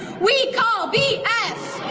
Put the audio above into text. we call b s.